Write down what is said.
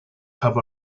have